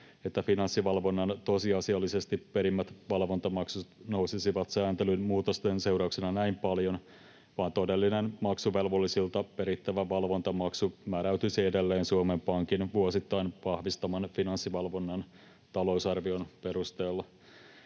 että Finanssivalvonnan tosiasiallisesti perimät valvontamaksut nousisivat sääntelyn muutosten seurauksena näin paljon, vaan todellinen maksuvelvollisilta perittävä valvontamaksu määräytyisi edelleen Suomen Pankin vuosittain vahvistaman Finanssivalvonnan talousarvion perusteella.